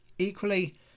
Equally